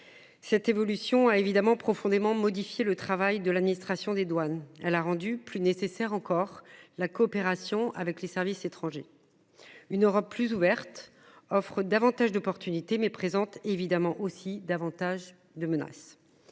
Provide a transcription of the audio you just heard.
Cette évolution a évidemment profondément modifié le travail de l'administration des douanes. Elle a rendue plus nécessaire encore la coopération avec les services étrangers. Une Europe plus ouverte offre davantage d'opportunités mais présente évidemment aussi davantage de menaces.